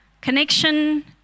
connection